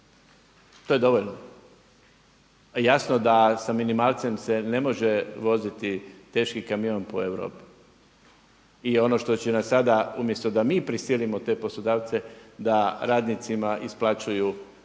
To je dovoljno? A jasno da se s minimalcem se ne može voziti teški kamion po Europi. I ono što će nam sada umjesto da mi prisilimo te poslodavce da radnicima isplaćuju